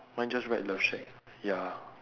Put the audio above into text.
mine just write love shack ya